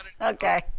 Okay